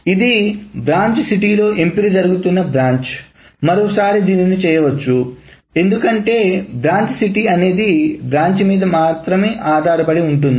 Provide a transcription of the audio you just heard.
ఇది బ్రాంచ్ సిటీలో ఎంపిక జరుగుతున్న బ్రాంచ్ మరోసారి దీనిని చేయవచ్చు ఎందుకంటే బ్రాంచ్ సిటీ అనేది బ్రాంచ్ మీద మాత్రమే ఆధారపడి ఉంటుంది